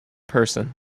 person